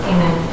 Amen